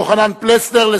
יוחנן פלסנר,